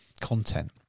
content